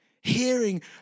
hearing